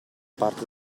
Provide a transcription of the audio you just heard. parte